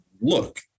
look